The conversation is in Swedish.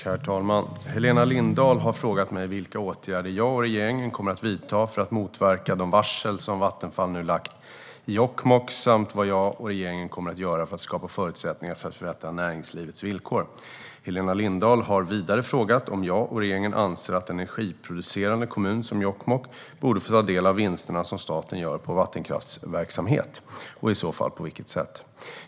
Herr talman! Helena Lindahl har frågat mig vilka åtgärder jag och regeringen kommer att vidta för att motverka de varsel som Vattenfall nu lagt i Jokkmokk samt vad jag och regeringen kommer att göra för att skapa förutsättningar för att förbättra näringslivets villkor. Helena Lindahl har vidare frågat om jag och regeringen anser att en energiproducerande kommun som Jokkmokk borde få ta del av de vinster som staten gör på vattenkraftsverksamhet, och i så fall på vilket sätt.